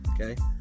Okay